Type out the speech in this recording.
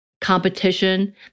competition